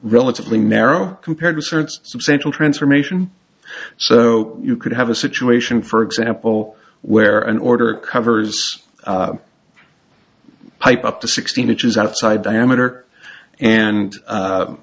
relatively narrow compared to a substantial transformation so you could have a situation for example where an order covers hype up to sixteen inches outside diameter and